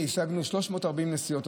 הינה, עשינו 340 נסיעות,